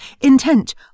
intent